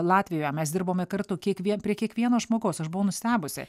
latvijoje mes dirbome kartu kiekvien prie kiekvieno žmogaus aš buvau nustebusi